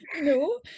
no